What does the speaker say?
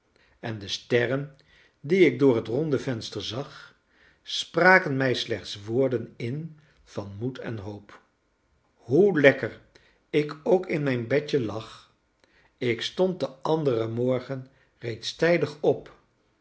en de sterren die ik door het ronde venster zag spraken mij slechts woorden in van moed en hoop hoe lekker ik ook in mijn bedje lag ik stond den anderen morgen reeds tijdig op